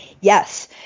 yes